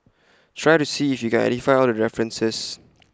try to see if you can identify all the references